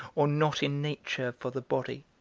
or not in nature for the body.